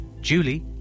Julie